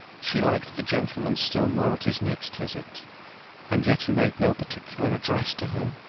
she liked the gentleman still more at his next visit and yet he made no particular address to her,